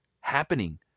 happening